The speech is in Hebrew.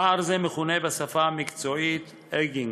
פער זה מכונה בשפה המקצועית aging.